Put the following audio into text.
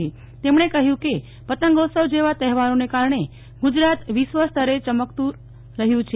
મુખ્યમંત્રીશ્રીએ કહ્યું કે પતંગોત્સવ જેવા તહેવારોને કારણે ગુજરાત વિશ્વ સ્તરે ચમકતું રહ્યું છે